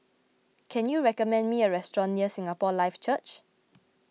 can you recommend me a restaurant near Singapore Life Church